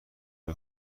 های